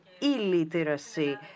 illiteracy